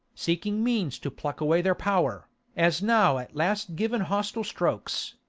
seeking means to pluck away their power as now at last given hostile strokes,